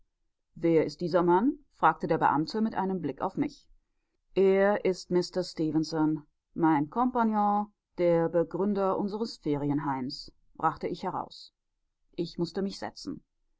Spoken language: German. wer ist dieser mann fragte der beamte mit einem blick auf mich es ist mister stefenson mein kompagnon der begründer unseres ferienheims brachte ich heraus ich mußte mich setzen